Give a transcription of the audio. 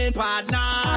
partner